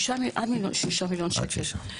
עד 6 מיליון שקלים.